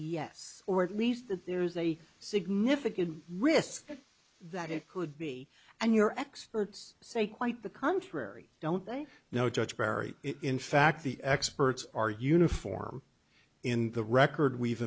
yes or at least that there's a significant risk that it could be and your experts say quite the contrary don't they know judge perry in fact the experts are uniform in the record we've